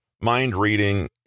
mind-reading